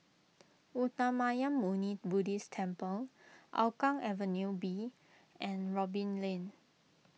Uttamayanmuni Buddhist Temple Hougang Avenue B and Robin Lane